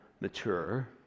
mature